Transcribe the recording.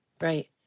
Right